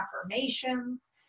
affirmations